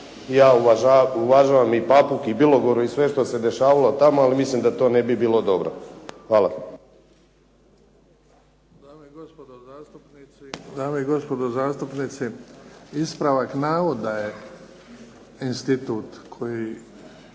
se ne razumije./… i Bilogoru i sve što se dešavalo tamo, ali mislim da to ne bi bilo dobro.